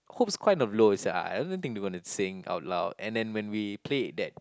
hopes kind of low sia I I don't think they going to sing out loud and then when we played that